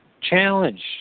challenge